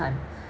time